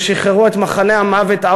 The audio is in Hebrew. ששחררו את מחנה המוות אושוויץ-בירקנאו,